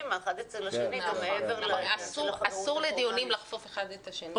האחד אצל השני גם מעבר ל --- אסור לדיונים לחפוף אחד את השני.